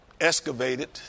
excavated